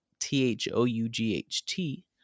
T-H-O-U-G-H-T